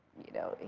you know,